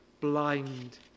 blind